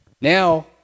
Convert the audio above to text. Now